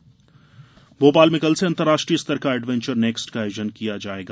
adventure Bhopal मे कल से अंतर्राष्टीय स्तर का एडवेंचर नेक्स्ट का आयोजन किया जायेगा